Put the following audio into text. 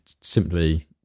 simply